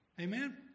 Amen